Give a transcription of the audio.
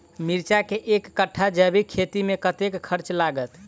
मिर्चा केँ एक कट्ठा जैविक खेती मे कतेक खर्च लागत?